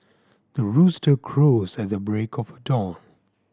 the rooster crows at the break of dawn